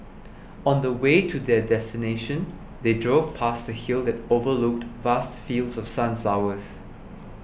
on the way to their destination they drove past a hill that overlooked vast fields of sunflowers